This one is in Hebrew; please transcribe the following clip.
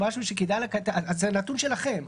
זה נתון שלכם.